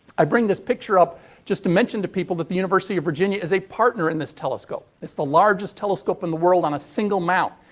i bring this picture up just to mention to people that the university of virginia is a partner in this telescope. it's the largest telescope in the world on a single mount.